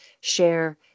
share